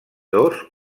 dos